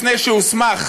לפני שהוסמך